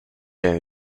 hare